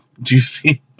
juicy